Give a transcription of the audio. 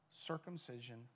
Circumcision